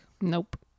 Nope